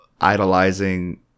idolizing